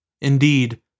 Indeed